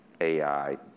AI